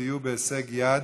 דיור בהישג יד